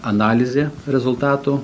analizė rezultatų